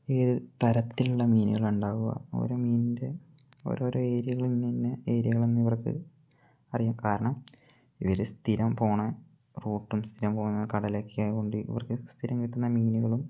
ഏത് തരത്തിലുള്ള മീനുകളാണുണ്ടാകുക ഓരോ മീനിന്റെ ഓരോരോ ഏര്യകള് ഇന്നയിന്ന ഏര്യകളെന്ന് അവർക്കറിയാം കാരണം ഇവര് സ്ഥിരം പോകുന്ന റൂട്ടും സ്ഥിരം പോകുന്ന കടലുമൊക്കെയായതുകൊണ്ട് ഇവർക്ക് സ്ഥിരം കിട്ടുന്ന മീനുകളും